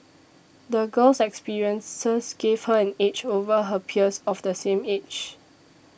the girl's experiences gave her an edge over her peers of the same age